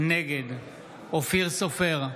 נגד אופיר סופר,